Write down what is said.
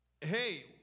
Hey